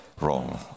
wrong